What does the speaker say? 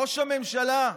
ראש הממשלה,